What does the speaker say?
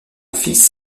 fils